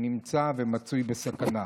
שנמצא ומצוי בסכנה.